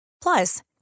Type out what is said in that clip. Plus